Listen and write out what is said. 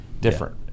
different